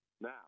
now